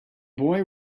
boy